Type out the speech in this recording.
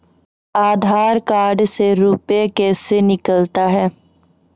आधार कार्ड से रुपये कैसे निकलता हैं?